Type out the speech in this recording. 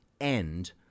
end